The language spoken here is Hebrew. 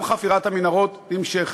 גם חפירת המנהרות נמשכת.